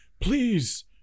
please